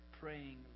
praying